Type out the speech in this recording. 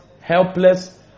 helpless